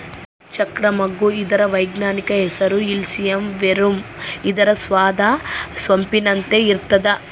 ಚಕ್ರ ಮಗ್ಗು ಇದರ ವೈಜ್ಞಾನಿಕ ಹೆಸರು ಇಲಿಸಿಯಂ ವೆರುಮ್ ಇದರ ಸ್ವಾದ ಸೊಂಪಿನಂತೆ ಇರ್ತಾದ